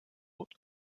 what